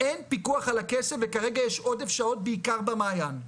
אין פיקוח על הכסף וכרגע יש עודף שעות בעיקר במעיין,